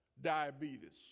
diabetes